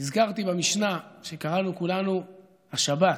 נזכרתי במשנה שקראנו כולנו השבת.